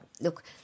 Look